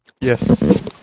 Yes